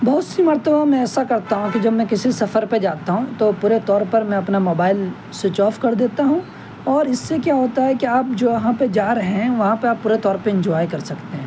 بہت سی مرتبہ میں ایسا کرتا ہوں کہ جب میں کسی سفر پہ جاتا ہوں تو پور ے طور پر میں اپنا موبائل سوئچ آف کر دیتا ہوں اور اس سے کیا ہوتا ہے کہ آپ جہاں پر جار رہے ہیں وہاں پہ پورے طور پہ انجوائے کر سکتے ہیں